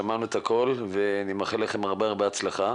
שמענו את הכל ואני מאחל לכם הרבה בהצלחה,